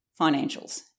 financials